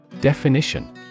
Definition